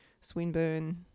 Swinburne